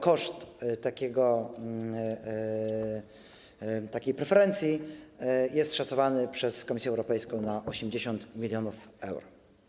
Koszt takiej preferencji jest szacowany przez Komisję Europejską na 80 mln euro.